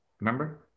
remember